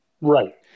Right